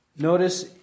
Notice